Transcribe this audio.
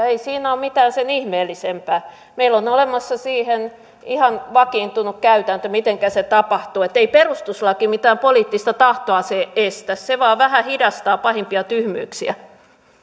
ei siinä ole mitään sen ihmeellisempää meillä on olemassa siihen ihan vakiintunut käytäntö mitenkä se tapahtuu ei perustuslaki mitään poliittista tahtoa estä se vain vähän hidastaa pahimpia tyhmyyksiä